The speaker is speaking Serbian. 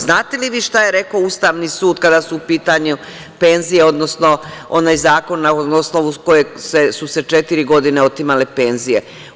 Znate li vi šta je rekao Ustavni sud kada su u pitanju penzije, odnosno onaj zakon na osnovu koga su se četiri godine otimale penzije?